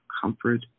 comfort